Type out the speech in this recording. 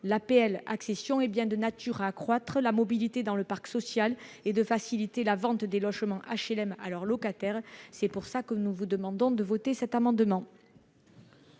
l'APL accession hé bien de nature à accroître la mobilité dans le parc social et de faciliter la vente des logements HLM à leurs locataires, c'est pour ça que nous vous demandons de voter cet amendement.